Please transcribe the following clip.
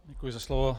Děkuji za slovo.